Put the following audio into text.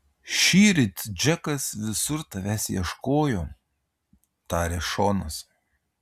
šįryt džekas visur tavęs ieškojo tarė šonas